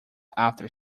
after